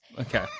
Okay